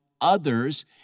others